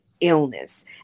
illness